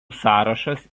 sąrašas